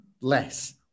less